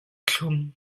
thlum